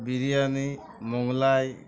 biryani Mughlai